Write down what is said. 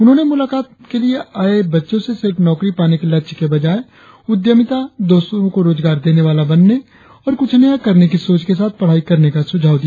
उन्होंने मुलाकात के लिए आये बच्चों से सिर्फ नौकरी पाने के लक्ष्य के बजाय उद्यमिता द्रसरों को रोजगार देने वाला बनने और कुछ नया करने की सोच के साथ पढ़ाई करने का सुझाव दिया